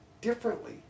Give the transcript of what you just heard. differently